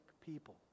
people